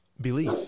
Belief